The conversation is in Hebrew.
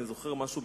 אני זוכר משהו,